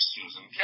Susan